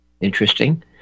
Interesting